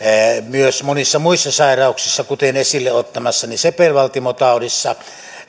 myös monissa muissa sairauksissa kuten esille ottamassani sepelvaltimotaudissa